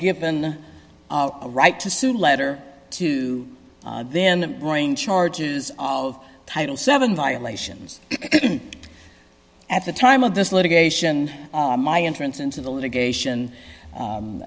given a right to sue letter to then bring charges of title seven violations at the time of this litigation my entrance into the litigation